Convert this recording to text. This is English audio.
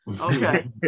Okay